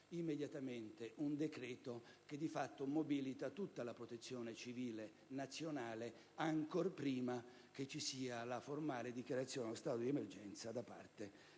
immediatamente un decreto che di fatto mobilita tutta la Protezione civile nazionale, ancor prima che vi sia la formale dichiarazione dello stato di emergenza da parte